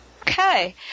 Okay